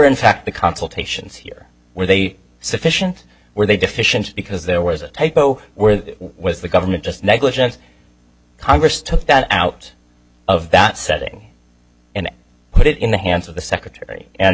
in fact the consultations here where they sufficient where they deficient because there was a typo where was the government just negligent congress took that out of that setting and put it in the hands of the secretary and